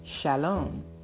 Shalom